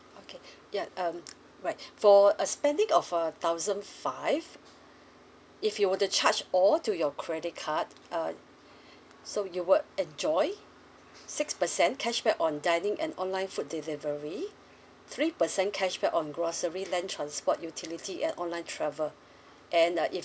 okay yeah um right for a spending of a thousand five if you were to charge all to your credit card uh so you would enjoy six percent cashback on dining and online food delivery three percent cashback on grocery land transport utility and online travel and uh if